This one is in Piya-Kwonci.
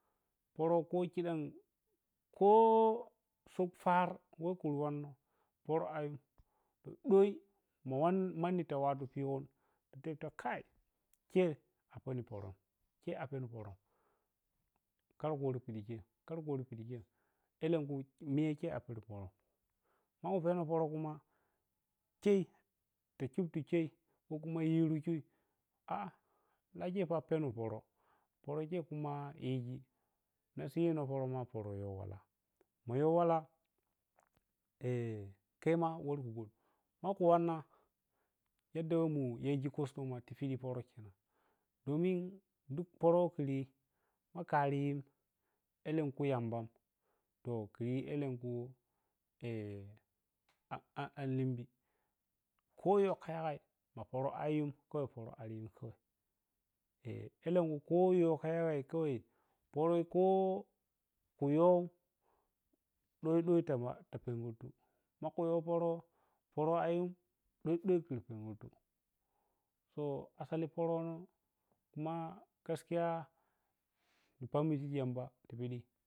Poro ko chidan ko so far wo kur wanna poro ayum, doi mani tawattupigon tebta kai chei a pen poron chei a pen poron karku war pidi chei, karku wor pidi chei elenkei miyachei a pen poro, maku peno poro kuma chei ti chippi chei ko kuma theru shiu a’a la chei pa peni poro poro chei kuma yiji nappo yini poro poro chei kuma yiji nappo yino poro poro mayo wala, mayowala eh kema. Wor kuyu maku wanna yadda mun yeji customer tipidi poro domin elenku yamban to kuryi elenku eh an linbi ko yow kayagai ma poro ayum kawai poro aryim kawai to elenkui ko yowkayagai kawai poroi ko kuyow ɗoi ɗoi ti pengurtu maku yow poro poroe ayum ɗoi-ɗoi kur pengurut to asali poronmu kura gaskiya muni pammiji ti yamba tibidi.